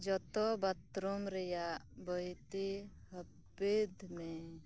ᱡᱚᱛᱚ ᱵᱟᱛᱷᱨᱩᱢ ᱨᱮᱭᱟᱜ ᱵᱟᱹᱛᱤ ᱦᱟᱹᱯᱤᱫᱽ ᱢᱮ